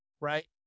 right